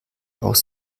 aus